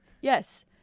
yes